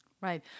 right